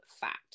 fat